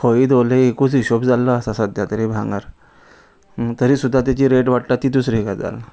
खंय दवरले एकूच हिशोब जाल्लो आसा सद्या तरी भांगर तरी सुद्दा तेची रेट वाडटा ती दुसरी गजाल